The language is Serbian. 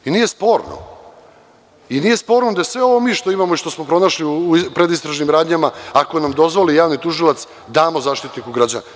Nije sporno da sve ovo što imamo i što smo pronašli u predistražnim radnjama, ako nam dozvoli javni tužilac, damo Zaštitniku građana.